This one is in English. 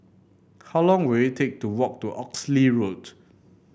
how long will it take to walk to Oxley Road